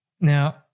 Now